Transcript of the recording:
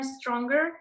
stronger